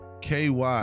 KY